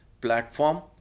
platform